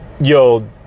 yo